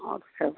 और सब